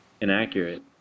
inaccurate